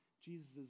Jesus